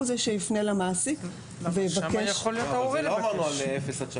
הוא זה שיפנה למעסיק ויבקש --- אבל את זה לא אמרנו על אפס עד שלוש.